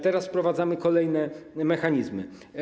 Teraz wprowadzamy kolejne mechanizmy.